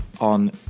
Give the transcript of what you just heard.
on